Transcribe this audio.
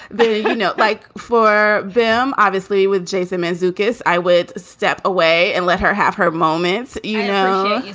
they, you know, like for them, obviously with jason mizuki's, i would step away and let her have her moments. you know,